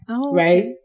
right